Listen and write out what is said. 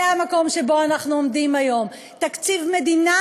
זה המקום שבו אנחנו עומדים היום, תקציב מדינה